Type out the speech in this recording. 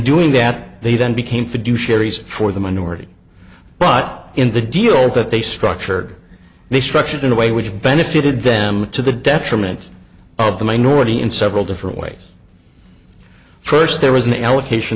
doing that they then became fiduciary for the minority but in the deal that they structured they structured in a way which benefited them to the detriment of the minority in several different ways first there was an allocation